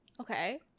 Okay